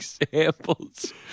examples